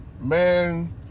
Man